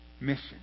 mission